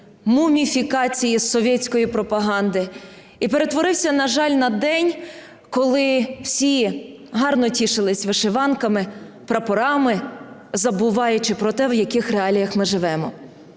муміфікації совєтської пропаганди, і перетворився, на жаль, на день, коли всі гарно тішились вишиванками, прапорами, забуваючи про те, в яких реаліях ми живемо.